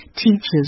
teachers